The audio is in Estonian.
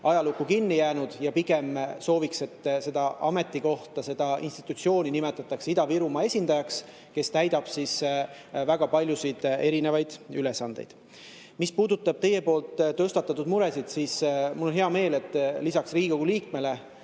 ajalukku kinni jäänud. Pigem sooviks, et seda ametikohta, seda institutsiooni nimetataks Ida-Virumaa esindajaks, kes täidab väga paljusid erinevaid ülesandeid. Mis puudutab teie tõstatatud muresid, siis mul on hea meel, et lisaks Riigikogule